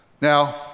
Now